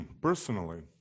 Personally